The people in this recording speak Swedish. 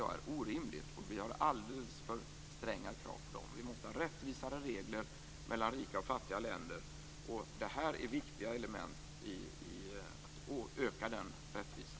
Vi har alldeles för stränga krav på dem. Vi måste ha rättvisare regler mellan rika och fattiga länder. Detta är viktiga element för att öka den rättvisan.